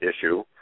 issue